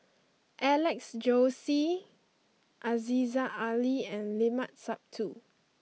Alex Josey Aziza Ali and Limat Sabtu